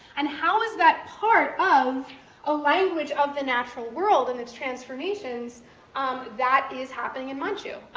and how is that part of a language of the natural world and its transformations um that is happening in manchu?